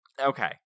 Okay